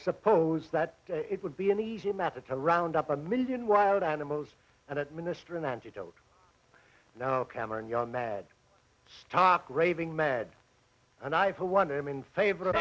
suppose that it would be an easy method to round up a million wild animals and administer an antidote now cameron young mad stopped raving mad and i for one am in favor of